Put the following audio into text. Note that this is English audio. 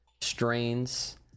strains